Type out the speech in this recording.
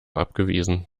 abgewiesen